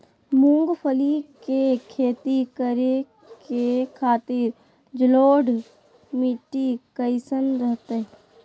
मूंगफली के खेती करें के खातिर जलोढ़ मिट्टी कईसन रहतय?